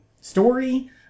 story